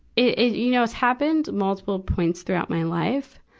it, it, you know, it's happened multiple points throughout my life.